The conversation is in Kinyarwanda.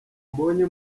mbonye